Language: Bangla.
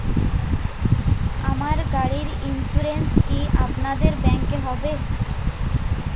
আমার গাড়ির ইন্সুরেন্স কি আপনাদের ব্যাংক এ হবে?